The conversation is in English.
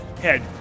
head